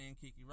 Kiki